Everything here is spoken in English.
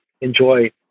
enjoy